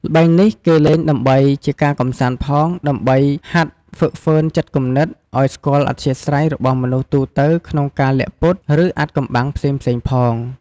ល្បែងនេះ គេលេងដើម្បីជាការកម្សាន្តផង ដើម្បីហាត់ហ្វឹកហ្វឺនចិត្តគំនិត ឲ្យស្គាល់អធ្យាស្រ័យរបស់មនុស្សទូទៅក្នុងការលាក់ពុត ឬអាថ៍កំបាំងផ្សេងៗផង។